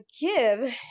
give